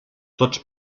tots